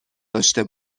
داشته